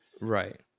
Right